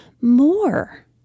more